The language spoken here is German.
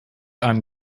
einem